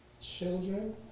children